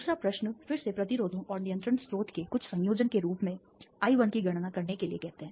दूसरा प्रश्न फिर से प्रतिरोधों और नियंत्रण स्रोत के कुछ संयोजन के रूप में I1 की गणना करने के लिए कहते हैं